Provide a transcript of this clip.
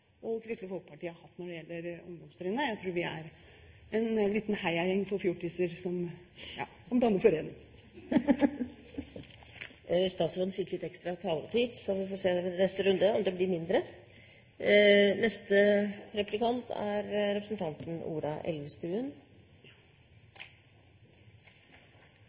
når det gjelder ungdomstrinnet. Jeg tror vi er en liten heiagjeng for fjortiser som danner forening. Statsråden fikk litt ekstra taletid, så får vi se i neste runde, om det blir mindre.